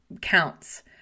counts